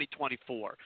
2024